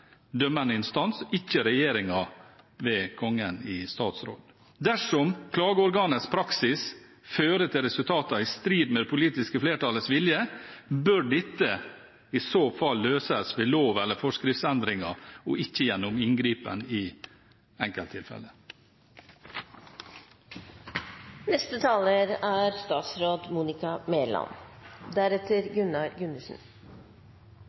dømmende instans, og ikke regjeringen ved Kongen i statsråd. Dersom klageorganets praksis fører til resultater i strid med det politiske flertallets vilje, bør dette i så fall løses ved lov- eller forskriftsendringer og ikke gjennom inngripen i enkelttilfeller. Konkurransepolitikken er